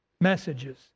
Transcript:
messages